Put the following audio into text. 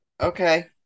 Okay